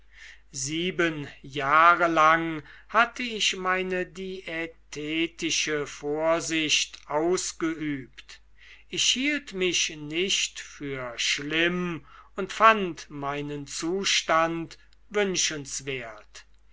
sieben jahre lang hatte ich meine diätetische vorsicht ausgeübt ich hielt mich nicht für schlimm und fand meinen zustand wünschenswert